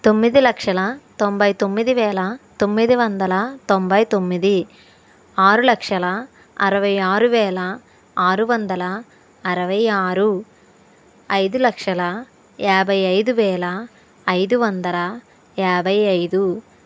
తొమ్మిది లక్షల తొంబై తొమ్మిది వేల తొమ్మిది వందల తొంబై తొమ్మిది ఆరు లక్షల అరవై ఆరు వేల ఆరు వందల అరవై ఆరు ఐదు లక్షల యాభై ఐదు వేల ఐదు వందల యాభై ఐదు